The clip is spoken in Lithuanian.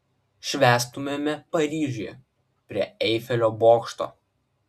švęstumėme paryžiuje prie eifelio bokšto